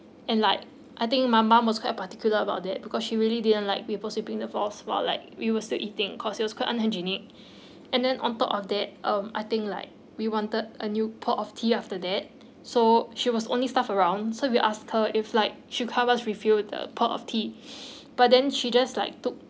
and like I think my mum was quite particular about that because she really didn't like people sweeping the floors while like we were still eating cause it was quite unhygienic and then on top of that um I think like we wanted a new pour of tea after that so she was only staff around so we asked her if like she comes up refill the pot of tea but then she just like took